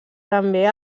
també